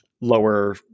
lower